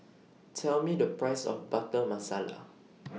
Tell Me The Price of Butter Masala